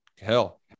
hell